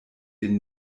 den